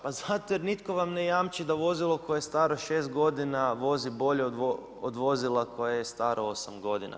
Pa zato jer nitko vam ne jamči da vozilo koje je staro 6 godina vozi bolje od vozila koje je staro 8 godina.